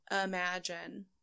imagine